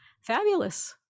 fabulous